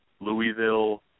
Louisville